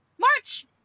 March